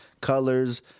colors